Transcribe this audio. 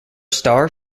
star